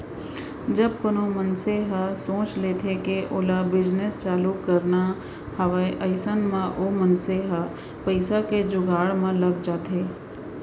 जब कोनो मनसे ह सोच लेथे कि ओला बिजनेस चालू करना हावय अइसन म ओ मनसे ह पइसा के जुगाड़ म लग जाथे